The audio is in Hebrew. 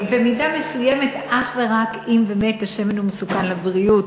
במידה מסוימת, אך ורק אם באמת השמן מסוכן לבריאות.